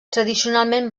tradicionalment